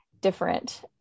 different